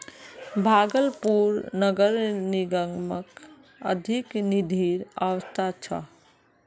भागलपुर नगर निगमक अधिक निधिर अवश्यकता छ